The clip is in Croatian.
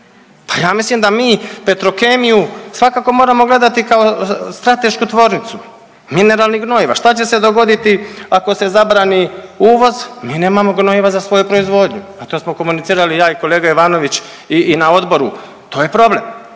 ja mislim da mi Petrokemiju svakako moramo gledati stratešku tvornicu mineralnih gnojiva. Šta će se dogoditi ako se zabrani uvoz? Mi nemamo gnojiva za svoju proizvodnju, a to smo komunicirali ja i kolega Ivanović i na odboru, to je problem.